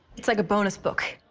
it's like a bonus book.